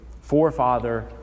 forefather